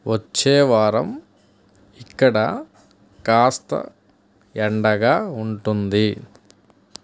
వచ్చే వారం ఇక్కడ కాస్త ఎండగా ఉంటుంది